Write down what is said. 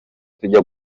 tujya